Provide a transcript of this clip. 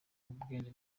bwenge